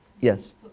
Yes